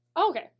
Okay